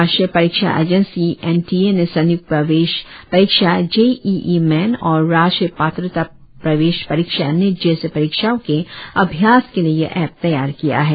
राष्ट्रीय परीक्षा agency NTA ने संयुक्त प्रवेश परीक्षा जेईई मेन और राष्ट्रीय पात्रता प्रवेश परीक्षा नीट जैसी परीक्षाओं के अभ्यास के लिए यह ऐप तैयार किया है